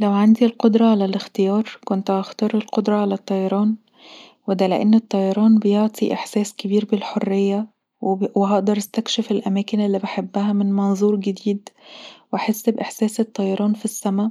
لو عندي القدره علي الاختيار كنت هختار القدره علي الطيران ودا لأن الطيران بيعطي احساس كبير بالحريه وهقدر استكشف الاماكن اللي بحبها من منظور جديد واحس بإحساس الطيران في السما